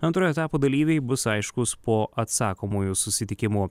antrojo etapo dalyviai bus aiškūs po atsakomųjų susitikimų